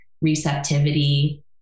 receptivity